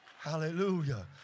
hallelujah